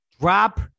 Drop